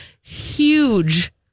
huge